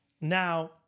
Now